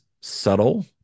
subtle